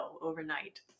overnight